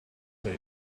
said